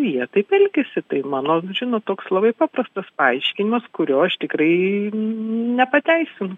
jie taip elgiasi tai mano žinot toks labai paprastas paaiškinimas kurio aš tikrai nepateisinu